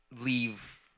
leave